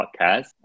podcast